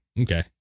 okay